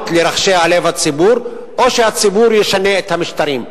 לרחשי לב הציבור או שהציבור ישנה את המשטרים.